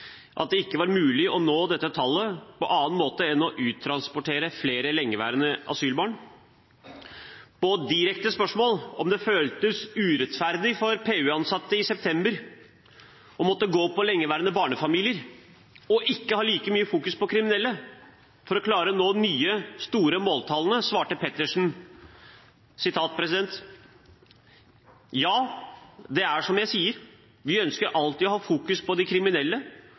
at det ikke var mulig å nå dette tallet på annen måte enn å uttransportere flere lengeværende asylbarn. På direkte spørsmål om det føltes urettferdig for PU-ansatte i september å måtte gå på lengeværende barnefamilier og ikke ha like mye fokus på kriminelle for å klare å nå de nye, store måltallene, svarte Pettersen: «Ja, det er som jeg sier: Vi ønsker alltid å ha fokus på de kriminelle,